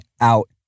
out